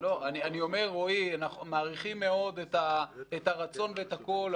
אנחנו מעריכים מאוד את הרצון ואת הכול,